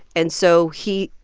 and so he,